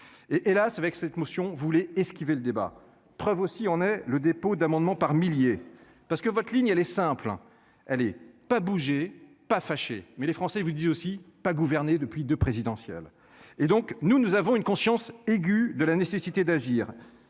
et hélas avec cette motion vous voulez et ce qui fait le débat preuve aussi on est le dépôt d'amendements par milliers parce que votre ligne elle est simple hein elle est pas bouger pas fâché, mais les Français vous dit aussi pas gouverné depuis 2 présidentielle et donc nous nous avons une conscience aiguë de la nécessité d'agir.